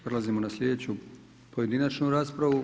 Prelazimo na slijedeću pojedinačnu raspravu.